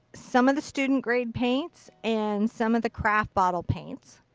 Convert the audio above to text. some of the student grade paints and some of the craft bottle paints.